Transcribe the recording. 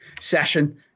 session